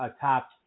top